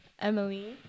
Emily